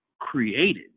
created